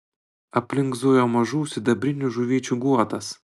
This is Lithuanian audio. aplink zujo mažų sidabrinių žuvyčių guotas